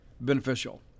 beneficial